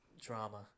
drama